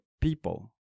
people